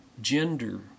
gender